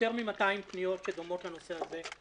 ביותר מ-200 פניות שדומות לנושא הזה,